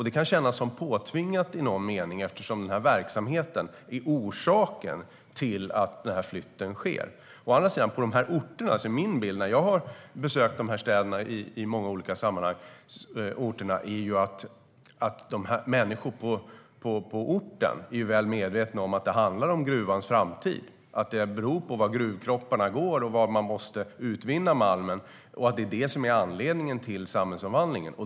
Det kan i någon mening kännas påtvingat, eftersom verksamheten är orsaken till flytten. Å andra sidan är min bild, när jag har besökt de här orterna i många olika sammanhang, att människor på orten är väl medvetna om att det handlar om gruvans framtid, att det beror på var gruvkropparna går och var man måste utvinna malmen och att det är anledningen till samhällsomvandlingen.